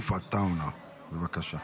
עטאונה, בבקשה.